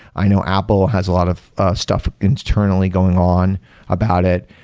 i know apple has a lot of stuff internally going on about it,